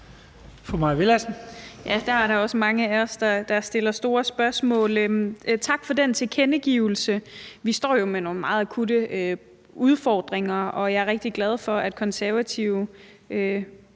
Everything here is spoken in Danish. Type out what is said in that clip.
Mai Villadsen (EL): Ja, der er der også mange af os, der stiller store spørgsmål. Tak for den tilkendegivelse. Vi står jo med nogle meget akutte udfordringer, og jeg er rigtig glad for, at Konservative